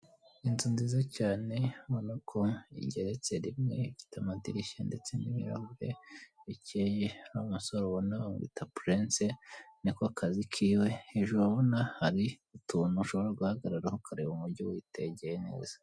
Inzu nziza cyane ubona ko igeretse rimwe ifite amadirishya ndetse n'ibirahure bikeye umusore ubona yitwa purense niko akazi k'iwe, hejuru wabona hari utuntu ushobora guhagarararaho ukareba m'ubryo witegeye neza.